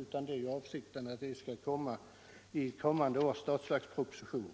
Avsikten är ju att den frågan skall tas upp i kommande års budgetproposition.